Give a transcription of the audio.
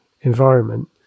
environment